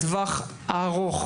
לטווח הארוך.